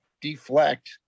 deflect